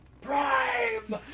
Prime